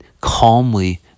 calmly